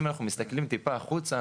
אם אנחנו מסתכלים טיפה החוצה,